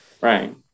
Right